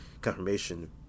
confirmation